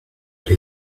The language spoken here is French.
elle